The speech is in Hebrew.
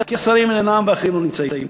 כי השרים אינם ואחרים לא נמצאים.